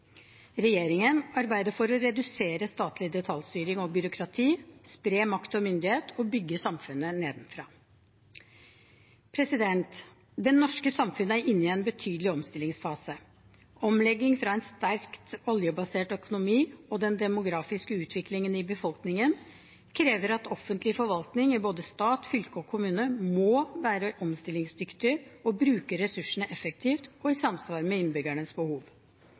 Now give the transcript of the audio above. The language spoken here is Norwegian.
Regjeringen arbeider for å redusere statlig detaljstyring og byråkrati, spre makt og myndighet og bygge samfunnet nedenfra. Det norske samfunnet er inne i en betydelig omstillingsfase. Omlegging fra en sterkt oljebasert økonomi og den demografiske utviklingen i befolkningen krever at offentlig forvaltning i både stat, fylke og kommune må være omstillingsdyktig og bruke ressursene effektivt og i samsvar med innbyggernes behov.